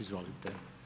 Izvolite.